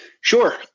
Sure